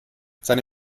seine